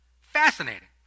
Fascinating